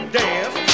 dance